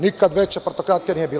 Nikad veća partokratija nije bila.